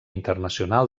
internacional